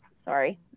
sorry